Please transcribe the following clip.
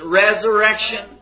resurrection